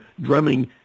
drumming